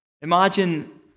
Imagine